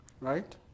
Right